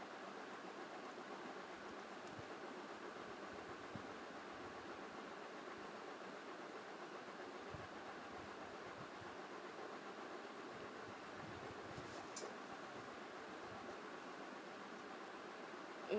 mm